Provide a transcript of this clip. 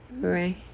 Right